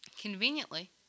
Conveniently